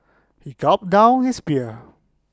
he gulped down his beer